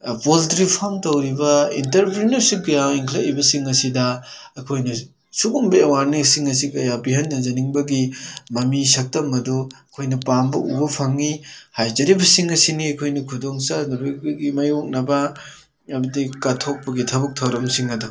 poultry farm ꯇꯧꯔꯤꯕ entrepreneurship ꯀꯌꯥ ꯏꯪꯈꯠꯂꯛꯏꯕꯁꯤꯡ ꯑꯁꯤꯗ ꯑꯩꯈꯣꯏꯅ ꯁꯨꯒꯨꯝꯕ ꯑꯦꯋꯥꯔꯅꯦꯁꯁꯤꯡ ꯑꯁꯤ ꯀꯌꯥ ꯄꯤꯍꯟꯅꯖꯅꯤꯡꯕꯒꯤ ꯃꯃꯤ ꯁꯛꯇꯝ ꯑꯗꯨ ꯑꯩꯈꯣꯏꯅ ꯄꯥꯝꯕ ꯎꯕ ꯐꯪꯉꯤ ꯍꯥꯏꯖꯔꯤꯕꯁꯤꯡ ꯑꯁꯤꯅꯤ ꯑꯩꯈꯣꯏꯅ ꯈꯨꯗꯣꯡꯆꯥꯗꯕꯒꯤ ꯃꯥꯌꯣꯛꯅꯕ ꯑꯗꯨꯗꯩ ꯀꯠꯊꯣꯛꯄꯒꯤ ꯊꯕꯛ ꯊꯧꯔꯝꯁꯤꯡ ꯑꯗꯣ